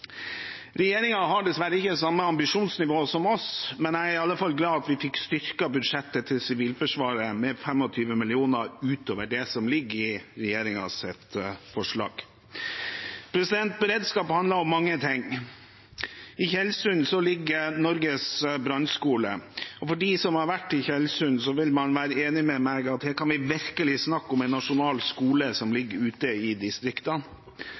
har dessverre ikke det samme ambisjonsnivået som oss, men jeg er i alle fall glad for at vi fikk styrket budsjettet til Sivilforsvaret med 25 mill. kr utover det som ligger i regjeringens forslag. Beredskap handler om mange ting. I Tjeldsund ligger Norges brannskole, og de som har vært i Tjeldsund, vil være enig med meg i at her kan vi virkelig snakke om en nasjonal skole som ligger ute i